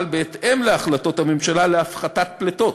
בהתאם להחלטות הממשלה להפחתת פליטות.